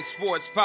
Sports